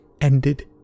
ended